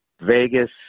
Vegas